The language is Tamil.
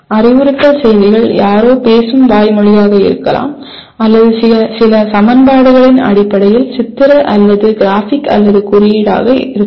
அறிவுறுத்தல் செய்திகள் யாரோ பேசும் வாய்மொழியாக இருக்கலாம் அல்லது அது சமன்பாடுகளின் அடிப்படையில் சித்திர அல்லது கிராஃபிக் அல்லது குறியீடாக இருக்கலாம்